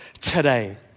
today